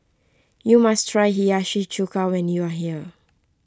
you must try Hiyashi Chuka when you are here